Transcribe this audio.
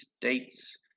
dates